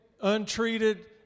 untreated